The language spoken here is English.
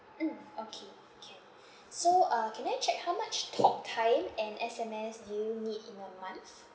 mm okay can so uh can I check how much talktime and S_M_S do you need in a month